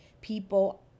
people